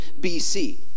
BC